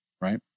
right